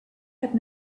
had